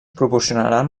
proporcionaran